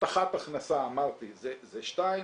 הבטחת הכנסה אמרתי, זה שתיים.